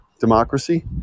democracy